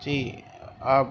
جی آپ